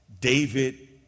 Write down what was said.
David